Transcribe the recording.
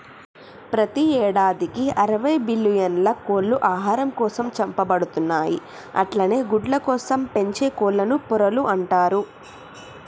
ప్రతి యేడాదికి అరవై బిల్లియన్ల కోళ్లు ఆహారం కోసం చంపబడుతున్నయి అట్లనే గుడ్లకోసం పెంచే కోళ్లను పొరలు అంటరు